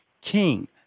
King